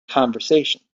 conversation